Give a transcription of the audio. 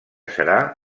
serà